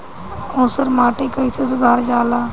ऊसर माटी कईसे सुधार जाला?